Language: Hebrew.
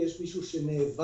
יש מישהו שנאבק